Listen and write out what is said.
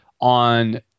on